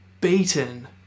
beaten